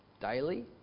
daily